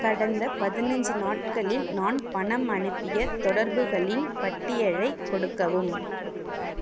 கடந்த பதினைஞ்சு நாட்களில் நான் பணம் அனுப்பிய தொடர்புகளின் பட்டியலைக் கொடுக்கவும்